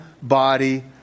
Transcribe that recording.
body